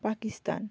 Pakistan